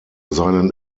seinen